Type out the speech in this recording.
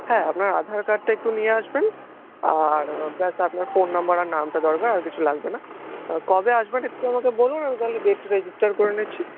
হ্যাঁ আপনার আধার কার্ডটা একটু নিয়ে আসবেন আর ব্যস আপনার ফোন নম্বর আর নামটা দরকার আর কিছু লাগবে না কবে আসবেন একটু আমাকে বলুন আমি তাহলে ডেটটা রেজিস্টার করে নিচ্ছি